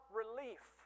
relief